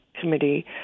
committee